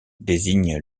désigne